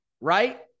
right